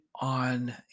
on